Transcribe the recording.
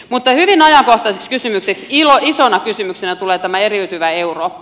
mutta hyvin ajankohtaiseksi kysymykseksi isona kysymyksenä tulee tämä eriytyvä eurooppa